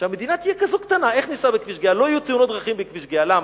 כשהמדינה תהיה כזאת קטנה, איך ניסע בכביש גהה?